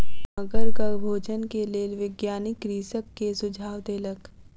मगरक भोजन के लेल वैज्ञानिक कृषक के सुझाव देलक